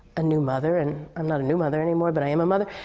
a new mother. and i'm not a new mother any more, but i am a mother.